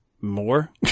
more